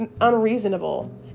unreasonable